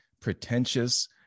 pretentious